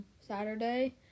Saturday